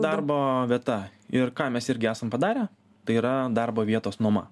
darbo vieta ir ką mes irgi esam padarę tai yra darbo vietos nuoma